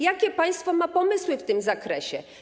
Jakie państwo mają pomysły w tym zakresie?